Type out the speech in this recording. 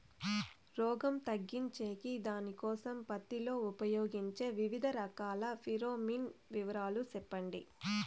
రోగం తగ్గించేకి దానికోసం పత్తి లో ఉపయోగించే వివిధ రకాల ఫిరోమిన్ వివరాలు సెప్పండి